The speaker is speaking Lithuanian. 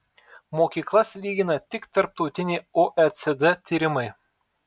mokyklas lygina tik tarptautiniai oecd tyrimai